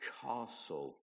castle